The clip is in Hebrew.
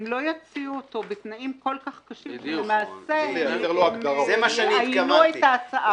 הם לא יציעו אותו בתנאים כל כך קשים שלמעשה הם יאיינו את ההצעה.